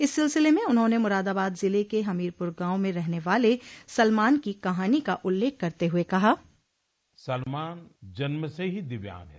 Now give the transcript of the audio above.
इस सिलसिले में उन्होंने मुरादाबाद ज़िले के हमीरपुर गाँव में रहने वाले सलमान की कहानी का उल्लेख करते हुए कहा सलमान जन्म से ही दिव्यांग है